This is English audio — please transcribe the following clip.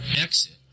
Exit